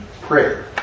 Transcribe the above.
prayer